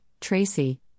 Tracy